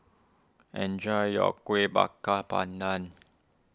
enjoy your Kuih Bakar Pandan